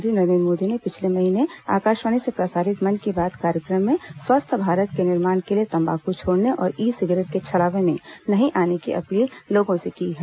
प्रधानमंत्री नरेन्द्र मोदी ने पिछले महीने आकाशवाणी से प्रसारित मन की बात कार्यक्रम में स्वस्थ भारत के निर्माण के लिए तम्बाकू छोड़ने और ई सिगरेट के छलावे में नहीं आने की अपील लोगों से की है